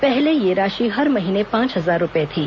पहले यह राशि हर महीने पांच हजार रूपये थी